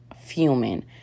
fuming